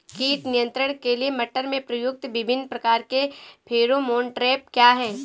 कीट नियंत्रण के लिए मटर में प्रयुक्त विभिन्न प्रकार के फेरोमोन ट्रैप क्या है?